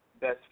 Best